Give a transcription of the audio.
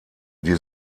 die